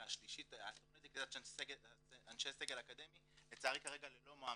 לצערי התכנית לקליטת אנשי סגל אקדמיה כרגע ללא מועמדים,